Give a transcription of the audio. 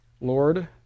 Lord